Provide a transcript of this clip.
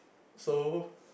so